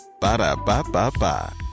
Ba-da-ba-ba-ba